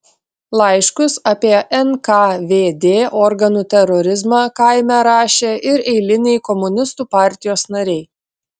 laiškus apie nkvd organų terorizmą kaime rašė ir eiliniai komunistų partijos nariai